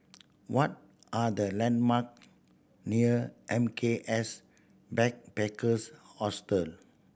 what are the landmark near M K S Backpackers Hostel